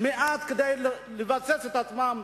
כדי לבסס את עצמם?